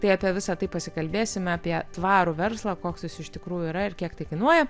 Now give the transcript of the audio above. tai apie visa tai pasikalbėsime apie tvarų verslą koks jis iš tikrųjų yra ir kiek tai kainuoja